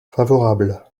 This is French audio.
favorable